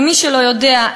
מי שלא יודע,